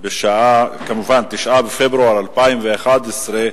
9 בפברואר 2011,